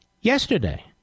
yesterday